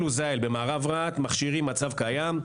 אל-עוזאל במערב רהט מכשירים מצב קיים.